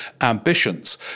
ambitions